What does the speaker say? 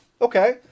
Okay